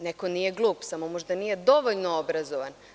Neko nije glup, samo možda nije dovoljno obrazovan.